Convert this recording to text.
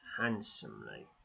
handsomely